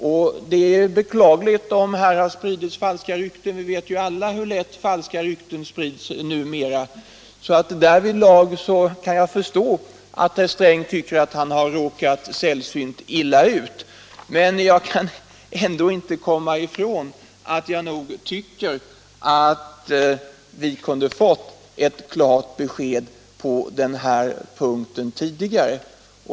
Det är beklagligt om här har spritts falska rykten — vi vet alla hur lätt falska rykten sprids numera. Därvidlag kan jag förstå att herr Sträng tycker att han har råkat sällsynt illa ut. Men jag kan ändå inte komma ifrån att jag tycker att vi kunde ha fått ett klart besked på den här punkten tidigare.